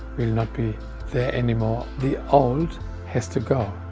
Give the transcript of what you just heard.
will not be there anymore. the old has to go,